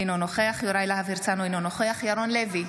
אינו נוכח יוראי להב הרצנו, אינו נוכח ירון לוי,